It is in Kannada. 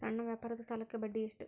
ಸಣ್ಣ ವ್ಯಾಪಾರದ ಸಾಲಕ್ಕೆ ಬಡ್ಡಿ ಎಷ್ಟು?